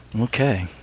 Okay